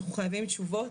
אנחנו חייבים תשובות,